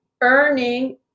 earning